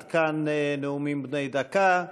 עד כאן נאומים בני דקה.